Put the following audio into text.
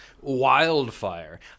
wildfire